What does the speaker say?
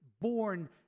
born